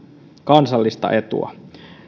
kansallista etua